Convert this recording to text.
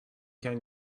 can